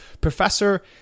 Professor